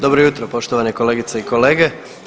Dobro jutro poštovane kolegice i kolege.